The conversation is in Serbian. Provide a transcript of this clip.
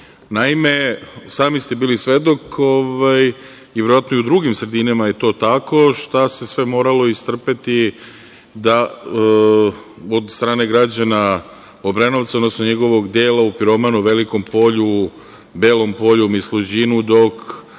mnogo. Naime, sami ste bili svedok, verovatno i u drugim sredinama je to tako, šta se sve moralo istrpeti od strane građana Obrenovca, odnosno njegovog dela u Piromanu, Velikom Polju, Belom Polju i Mislođinu, dok